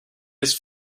his